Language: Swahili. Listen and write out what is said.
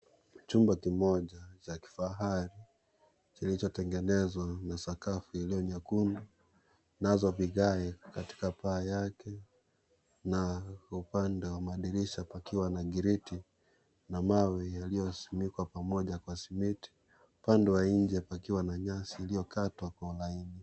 Chumba kimoja cha kifahari kilichotengenezwa na sakafu iliyo nyekundu nazo vigae katika paa yake na upande wa madirisha pakiwa na gireti na mawe yaliyosindikwa pamoja kwa simiti, upande wa nje pakiwa na nyasi iliyokatwa kwa laini.